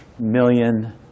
million